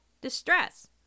distress